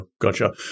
gotcha